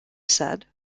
said